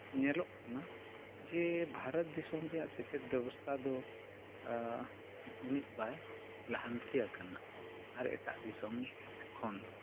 ᱧᱮᱞᱚᱜ ᱠᱟᱱᱟ ᱡᱮ ᱵᱷᱟᱨᱚᱛ ᱫᱤᱥᱚᱢ ᱨᱮᱭᱟᱜ ᱥᱮᱪᱮᱫ ᱵᱮᱵᱚᱥᱛᱷᱟ ᱫᱚ ᱩᱱᱟᱹᱜ ᱵᱟᱭ ᱞᱟᱦᱟᱱᱛᱤ ᱟᱠᱟᱱᱟ ᱟᱨ ᱮᱴᱟᱜ ᱫᱤᱥᱚᱢ ᱠᱷᱚᱱ ᱫᱚ